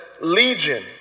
legion